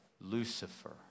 Lucifer